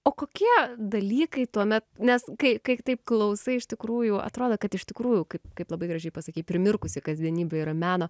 o kokie dalykai tuomet nes kai kai taip klausai iš tikrųjų atrodo kad iš tikrųjų kaip kaip labai gražiai pasakei primirkusi kasdienybė yra meno